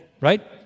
Right